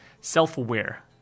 self-aware